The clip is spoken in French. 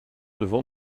devant